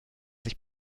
sich